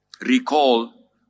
recall